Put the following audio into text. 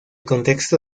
contexto